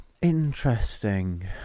Interesting